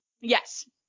Yes